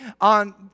on